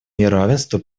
неравенство